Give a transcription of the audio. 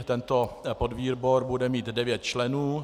Tento podvýbor bude mít devět členů.